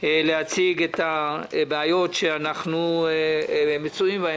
להציג את הבעיות שאנחנו מצויים בהם.